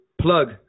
Plug